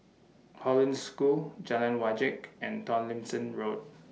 Hollandse School Jalan Wajek and Tomlinson Road